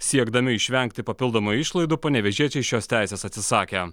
siekdami išvengti papildomų išlaidų panevėžiečiai šios teisės atsisakė